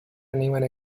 anyone